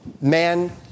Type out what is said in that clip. man